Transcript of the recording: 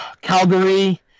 Calgary